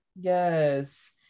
Yes